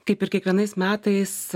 kaip ir kiekvienais metais